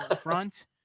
front